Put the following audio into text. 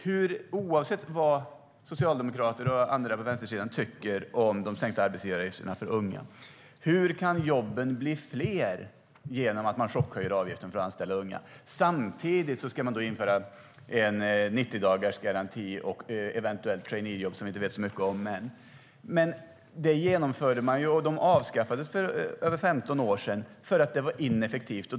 Hur kan jobben bli fler genom att man chockhöjer avgiften för att anställa unga, oavsett vad socialdemokrater och andra på vänstersidan tycker om de sänkta arbetsgivaravgifterna för unga? Samtidigt ska man införa en 90-dagarsgaranti och eventuellt traineejobb som vi inte vet särskilt mycket om än. Ni har redan genomfört det, och det avskaffades för över 15 år sedan eftersom det var ineffektivt.